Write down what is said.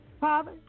Father